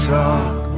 talk